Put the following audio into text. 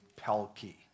Pelkey